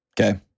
Okay